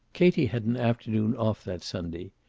katie had an afternoon off that sunday.